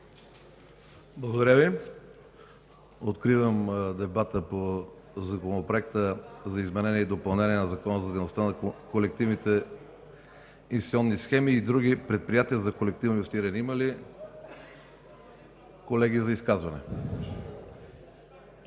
Благодаря Ви. Откривам дебата по Законопроекта за изменение и допълнение на Закона за дейността на колективните инвестиционни схеми и на други предприятия за колективно инвестиране. Има ли желаещи за изказвания?